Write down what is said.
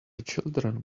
children